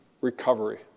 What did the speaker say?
recovery